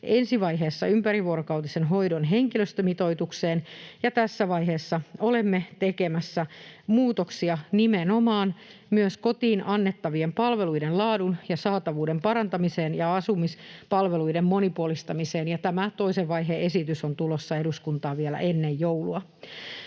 ensi vaiheessa ympärivuorokautisen hoidon henkilöstömitoitukseen, ja tässä vaiheessa olemme tekemässä muutoksia nimenomaan myös kotiin annettavien palveluiden laadun ja saatavuuden parantamiseen ja asumispalveluiden monipuolistamiseen, ja tämä toisen vaiheen esitys on tulossa eduskuntaan vielä ennen joulua.